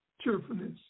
cheerfulness